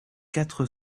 quatre